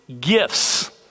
gifts